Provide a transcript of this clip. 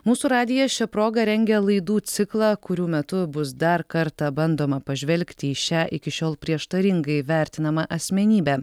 mūsų radijas šia proga rengia laidų ciklą kurių metu bus dar kartą bandoma pažvelgti į šią iki šiol prieštaringai vertinamą asmenybę